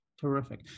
Terrific